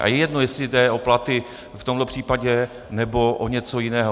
A je jedno, jestli jde o platy v tomto případě, nebo o něco jiného.